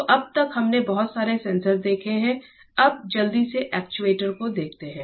तो अब तक हमने बहुत सारे सेंसर देखे हैं अब जल्दी से एक्चुएटर को देखते हैं